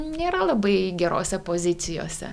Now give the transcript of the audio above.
nėra labai gerose pozicijose